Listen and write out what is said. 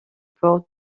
port